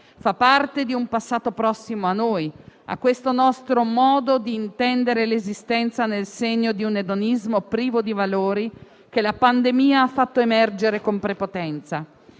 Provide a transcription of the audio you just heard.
fa parte di un passato prossimo a noi, a questo nostro modo di intendere l'esistenza nel segno di un edonismo privo di valori che la pandemia ha fatto emergere con prepotenza.